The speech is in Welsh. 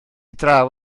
draw